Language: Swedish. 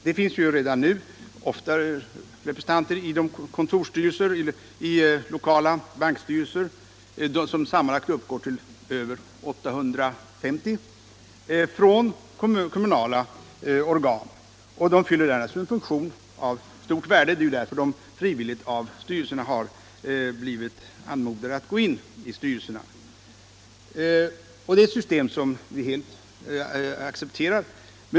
Redan nu finns det ofta kommunala och andra utomstående representanter i de lokala bankstyrelserna som uppgår till sammanlagt över 850. Dessa representanter fyller en funktion av stort värde — det är därför som styrelserna frivilligt har anmodat dem att vara med. Det är ett system som är helt accepterat.